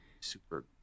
super